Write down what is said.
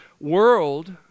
world